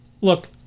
look